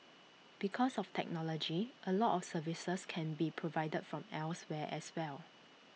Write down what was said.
because of technology A lot of services can be provided from elsewhere as well